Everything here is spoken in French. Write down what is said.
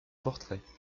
portrait